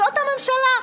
זאת הממשלה.